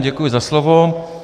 Děkuji za slovo.